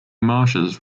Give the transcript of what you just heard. marshes